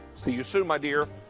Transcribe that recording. see you soon, my dear.